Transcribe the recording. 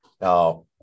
Now